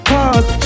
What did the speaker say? Cause